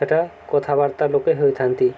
ସେଟା କଥାବାର୍ତ୍ତା ଲୋକେ ହୋଇଥାନ୍ତି